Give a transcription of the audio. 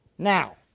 Now